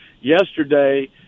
Yesterday